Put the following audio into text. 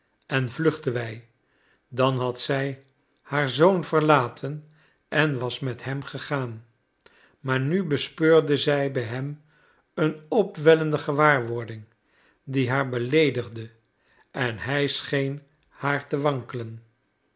en vluchten wij dan had zij haar zoon verlaten en was met hem gegaan maar nu bespeurde zij bij hem een opwellende gewaarwording die haar beleedigde en hij scheen haar te wankelen